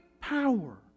power